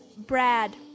Brad